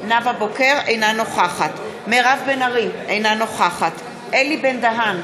אינה נוכחת מירב בן ארי, אינה נוכחת אלי בן-דהן,